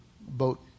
boat